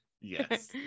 yes